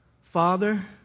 Father